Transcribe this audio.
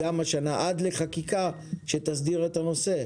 עד לחקיקה שתסדיר את הנושא.